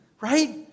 right